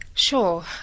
Sure